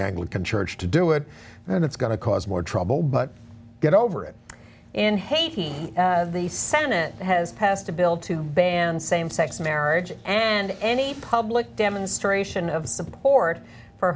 church to do it and it's going to cause more trouble but get over it in haiti the senate has passed a bill to ban same sex marriage and any public demonstration of support for